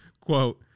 Quote